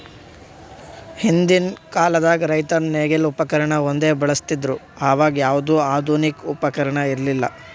ಹಿಂದಕ್ಕಿನ್ ಕಾಲದಾಗ್ ರೈತರ್ ನೇಗಿಲ್ ಉಪಕರ್ಣ ಒಂದೇ ಬಳಸ್ತಿದ್ರು ಅವಾಗ ಯಾವ್ದು ಆಧುನಿಕ್ ಉಪಕರ್ಣ ಇರ್ಲಿಲ್ಲಾ